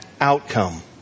outcome